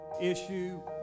issue